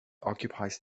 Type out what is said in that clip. occupies